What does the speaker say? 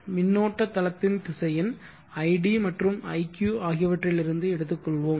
எனவே மின்னோட்ட தளத்தின் திசையன் id மற்றும் iq ஆகியவற்றிலிருந்து எடுத்துக்கொள்ளலாம்